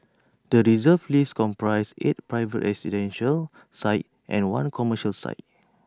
the Reserve List comprises eight private residential sites and one commercial site